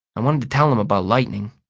i wanted to tell him about lightning,